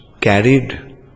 carried